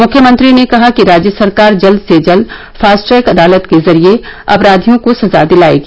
मुख्यमंत्री ने कहा कि राज्य सरकार जल्द से जल्द फास्ट ट्रैक अदालत के जरिए अपराधियों को सजा दिलाएगी